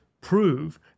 prove